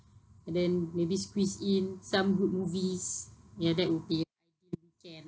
and then maybe squeeze in some good movies ya that will be an ideal weekend ah